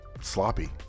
sloppy